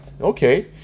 Okay